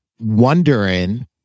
wondering